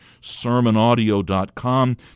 sermonaudio.com